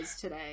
today